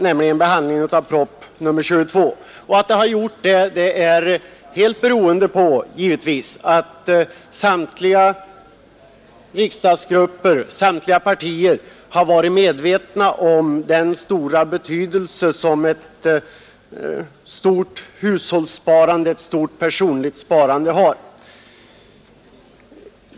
Att enigheten varit så stor beror givetvis på att samtliga riksdagsgrupper, samtliga partier, har varit medvetna om den stora betydelse som ett stort hushållssparande, ett stort personligt sparande, har.